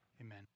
Amen